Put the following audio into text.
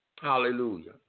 Hallelujah